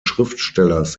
schriftstellers